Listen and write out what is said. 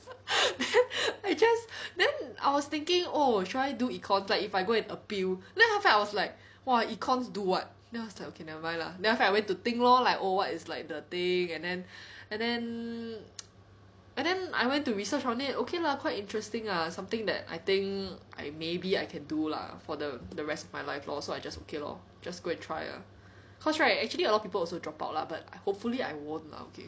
then I just then I was thinking oh should I do econs like if I go and appeal then after that I was like !wah! econs do what then I was like okay nevermind lah then after that I went to think lor like oh what is like the thing and then and then and then I went to research on it okay lah quite interesting ah something that I think I maybe I can do lah for the the rest of my life lor so I just okay lor just go and try lah cause right actually a lot of people also drop out lah but hopefully I won't lah okay